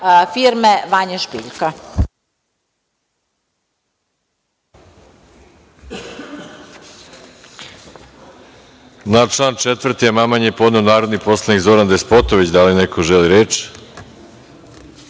firme Vanje Špiljka.